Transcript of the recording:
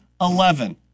eleven